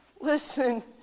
Listen